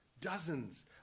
dozens